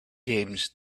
games